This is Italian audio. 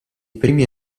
primi